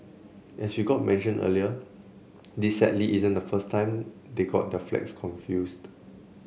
as you got mentioned earlier this sadly isn't the first time they got their flags confused